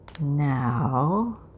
now